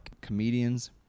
comedians